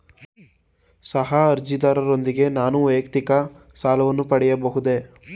ಸಹ ಅರ್ಜಿದಾರರೊಂದಿಗೆ ನಾನು ವೈಯಕ್ತಿಕ ಸಾಲವನ್ನು ಪಡೆಯಬಹುದೇ?